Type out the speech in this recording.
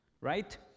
Right